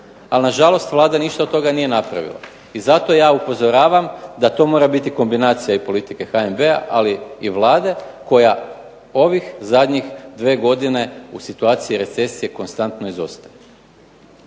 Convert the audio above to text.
Ali nažalost Vlada ništ od toga nije napravila. I zato ja upozoravam da to mora biti kombinacija politike i HNB-a ali i Vlade koja ovih zadnjih dvije godine u situaciji recesije konstantno izostaje.